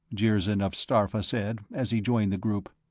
jirzyn of starpha said, as he joined the group.